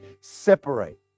separate